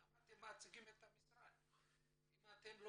מדוע אתם מייצגים כאן את המשרד אם אתם לא